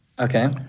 Okay